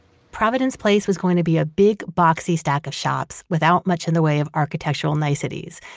providence place was going to be a big boxy stack of shops, without much in the way of architectural niceties,